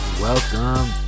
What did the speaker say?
Welcome